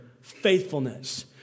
faithfulness